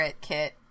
Kit